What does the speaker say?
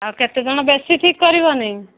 ଆଉ କେତେ ଜଣ ବେଶୀ ଠିକ୍ କରିବନି